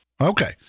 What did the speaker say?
okay